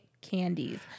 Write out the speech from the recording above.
candies